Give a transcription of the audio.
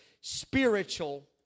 spiritual